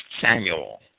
Samuel